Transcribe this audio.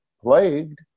plagued